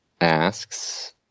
asks